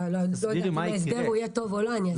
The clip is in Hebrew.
אני לא יודעת אם ההסבר יהיה טוב או לא.